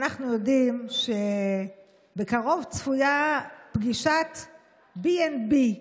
אנחנו יודעים שבקרוב צפויה פגישת B&B,